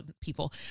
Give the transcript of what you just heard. people